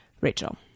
Rachel